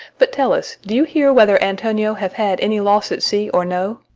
but tell us, do you hear whether antonio have had any loss at sea or no?